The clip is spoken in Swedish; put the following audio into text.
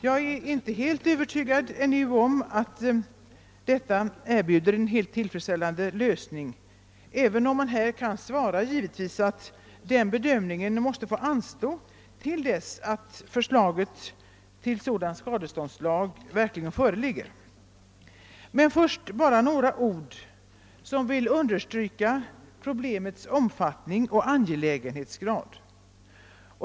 Jag är inte helt övertygad om att detta erbjuder en helt tillfredsställande lösning, även om man här givetvis kan svara att den bedömningen får anstå till dess att förslaget till en sådan skadeståndslag verkligen föreligger. Först några ord som vill understryka problemets omfattning och angelägenhetsgrad.